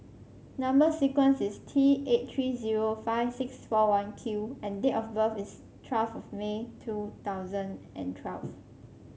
number sequence is T eight three zero five six four one Q and date of birth is twelve of May two thousand and twelve